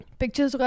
pictures